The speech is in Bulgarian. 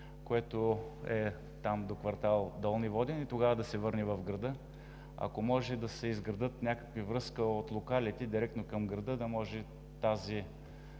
което е до кв. „Долни воден“ и тогава да се върне в града. Ако може да се изгради някаква връзка от локалите директно към града, за да може този